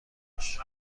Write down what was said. باشه